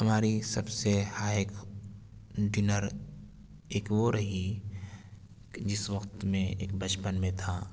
ہماری سب سے ہائیک ڈنر ایک وہ رہی جس وقت میں ایک بچپن میں تھا